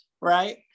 Right